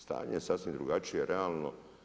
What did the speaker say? Stanje je sasvim drugačije realno.